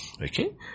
Okay